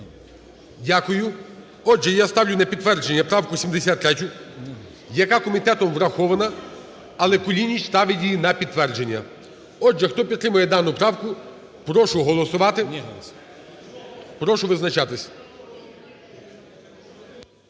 Дякую. Отже, я ставлю на підтвердження правку 73, яка комітетом врахована, але Кулініч ставить її на підтвердження. Отже, хто підтримує дану правку, прошу голосувати, прошу визначатись.